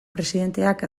presidenteak